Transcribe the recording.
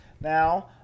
now